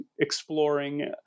exploring